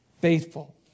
faithful